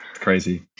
Crazy